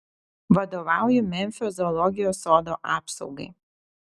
vadovauju memfio zoologijos sodo apsaugai